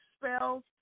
spells